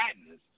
Madness